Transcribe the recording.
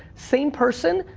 same person,